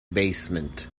basement